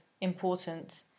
important